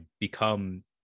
become